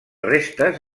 restes